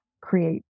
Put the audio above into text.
create